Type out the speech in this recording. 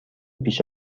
پیش